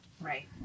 Right